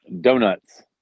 Donuts